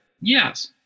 Yes